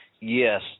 Yes